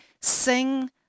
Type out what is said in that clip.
sing